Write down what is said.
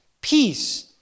peace